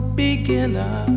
beginner